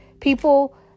people